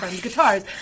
guitars